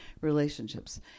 relationships